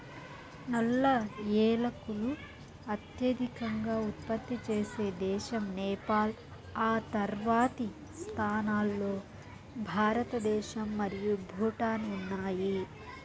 నల్ల ఏలకులు అత్యధికంగా ఉత్పత్తి చేసే దేశం నేపాల్, ఆ తర్వాతి స్థానాల్లో భారతదేశం మరియు భూటాన్ ఉన్నాయి